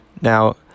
Now